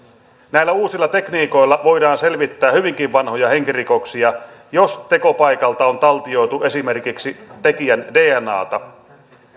näillä uusilla tekniikoilla voidaan selvittää hyvinkin vanhoja henkirikoksia jos tekopaikalta on taltioitu esimerkiksi tekijän dnata